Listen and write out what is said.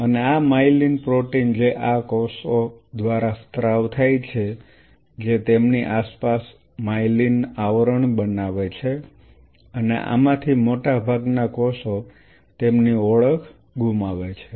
અને આ myelin protein જે આ કોષો દ્વારા સ્ત્રાવ થાય છે જે તેમની આસપાસ માયેલિન આવરણ બનાવે છે અને આમાંથી મોટાભાગના કોષો તેમની ઓળખ ગુમાવે છે